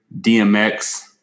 DMX